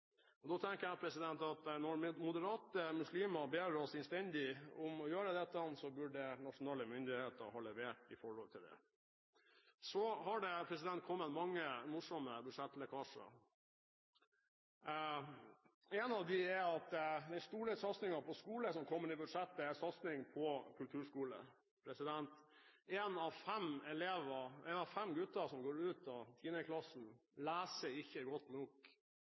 Da tenker jeg at når moderate muslimer ber oss innstendig om å gjøre dette, burde nasjonale myndigheter levere i forhold til det. Så har det kommet mange morsomme budsjettlekkasjer. En av dem er at den store satsingen på skole som kommer i budsjettet, er satsing på kulturskole. Én av fem gutter som går ut av tiende klasse, leser ikke godt nok